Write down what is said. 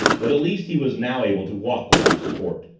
but at least he was now able to walk without support.